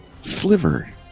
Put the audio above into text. Sliver